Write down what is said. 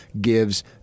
gives